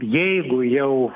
jeigu jau